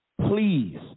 Please